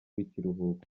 w’ikiruhuko